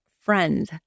friend